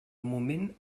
moment